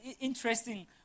Interesting